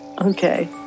Okay